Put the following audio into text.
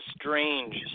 strange